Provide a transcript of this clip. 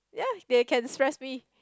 ya they can stress me